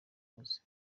muze